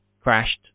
crashed